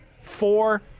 Four